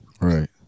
Right